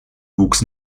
wuchs